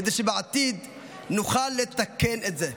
כדי שבעתיד נוכל לתקן את זה."